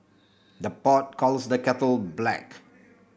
the pot calls the kettle black